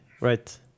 right